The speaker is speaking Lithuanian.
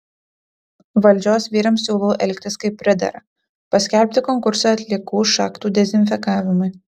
valdžios vyrams siūlau elgtis kaip pridera paskelbti konkursą atliekų šachtų dezinfekavimui